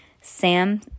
Sam